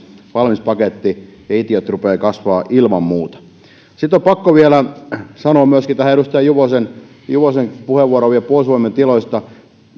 valmis paketti ja itiöt rupeavat kasvamaan ilman muuta sitten on pakko sanoa myöskin tähän edustaja juvosen juvosen puheenvuoroon vielä puolustusvoimien tiloista